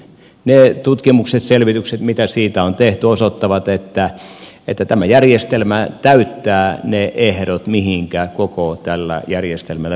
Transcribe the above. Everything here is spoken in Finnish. ne tutkimukset selvitykset mitä siitä on tehty osoittavat että tämä järjestelmä täyttää ne ehdot mihin koko tällä järjestelmällä pyritään